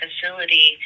facility